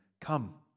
come